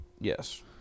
Yes